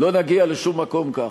לא נגיע לשום מקום כך.